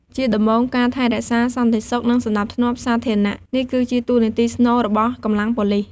ជាដំបូងការថែរក្សាសន្តិសុខ និងសណ្តាប់ធ្នាប់សាធារណនេះគឺជាតួនាទីស្នូលរបស់កម្លាំងប៉ូលិស។